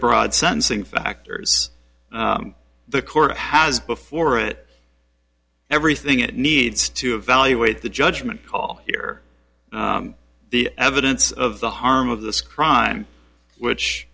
broad sentencing factors the court has before it everything it needs to evaluate the judgment call here the evidence of the harm of this crime which